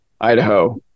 Idaho